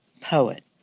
poet